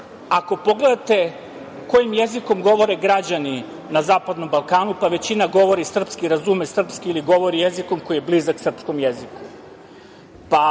ako pogledate kojim jezikom govore građani na zapadnom Balkanu, većina govori srpski, razume srpski ili govori jezikom koji je blizak srpskom jeziku.